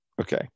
Okay